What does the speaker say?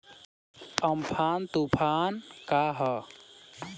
Amphan तुफान का ह?